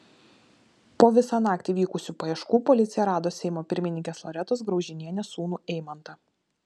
po visą naktį vykusių paieškų policija rado seimo pirmininkės loretos graužinienės sūnų eimantą